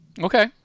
Okay